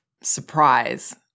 surprise